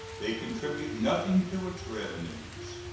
they contribute nothing to its revenues,